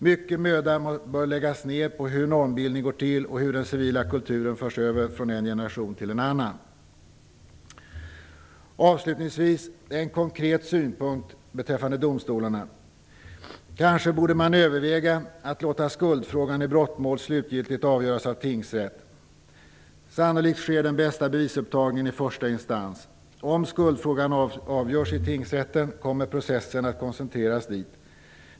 Mycken möda bör läggas ned på hur normbildning går till och hur den civila kulturen förs över från en generation till en annan. Avslutningsvis en konkret synpunkt beträffande domstolarna. Kanske borde man överväga att låta skuldfrågan i brottmål slutgiltigt avgöras av tingsrätt. Sannolikt sker den bästa bevisupptagningen i första instans. Om skuldfrågan avgörs i tingsrätten kommer processen att koncentreras dit.